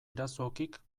irazokik